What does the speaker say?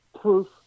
proof